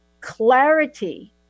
Clarity